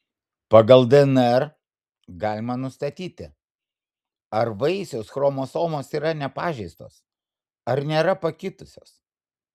pagal dnr galima nustatyti ar vaisiaus chromosomos yra nepažeistos ar nėra pakitusios